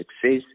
success